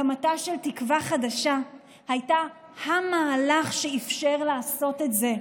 הקמתה של תקווה חדשה הייתה המהלך שאפשר לעשות את זה.